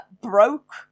broke